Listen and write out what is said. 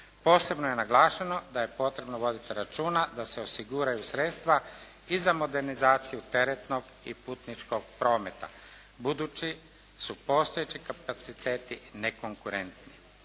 Posebno je naglašeno da je potrebno voditi računa da se osiguraju sredstva i za modernizaciju teretnog i putničkog prometa. Budući su postojeći kapaciteti nekonkurentni.